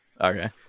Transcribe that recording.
Okay